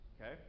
okay